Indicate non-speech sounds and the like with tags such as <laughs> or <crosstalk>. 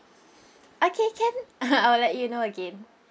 okay can <laughs> I will let you know again